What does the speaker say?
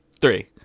Three